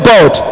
God